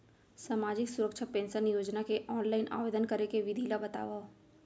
सामाजिक सुरक्षा पेंशन योजना के ऑनलाइन आवेदन करे के विधि ला बतावव